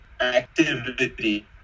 activity